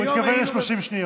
עכשיו מאה שערים,